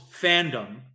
fandom